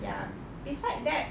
ya beside that